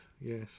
Yes